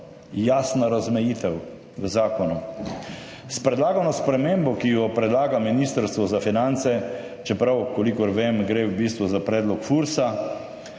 jasna razmejitev. S predlagano spremembo, ki jo predlaga Ministrstvo za finance, čeprav gre, kolikor vem, v bistvu za predlog FURS,